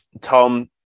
Tom